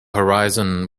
horizon